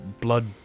blood